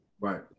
Right